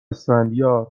اسفندیار